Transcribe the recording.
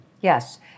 Yes